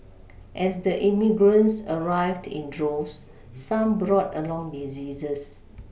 as the immigrants arrived in droves some brought along diseases